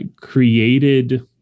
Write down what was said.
created